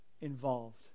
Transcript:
involved